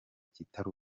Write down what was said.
kitari